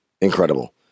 Incredible